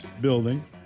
building